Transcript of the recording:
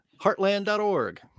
heartland.org